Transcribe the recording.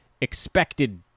expected